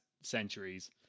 centuries